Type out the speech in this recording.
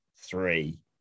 three